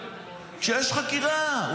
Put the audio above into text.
שיש חקירה.